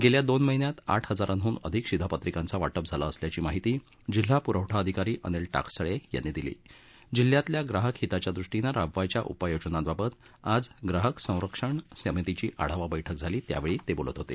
गेल्या दोन महिन्यात आठ हजाराहन अधिक शिधापत्रिकांचं वाटप झालं असल्याची माहिती जिल्हा प्रवठा अधिकारी अनिल टाकसाळे यांनी दिली जिल्ह्यातील ग्राहक हिताच्या दृष्टीनं राबवायच्या उपाय योजनांबाबत आज ग्राहक संरक्षण समितीची आढावा बैठक झाली त्यावेळी ते बोलत होते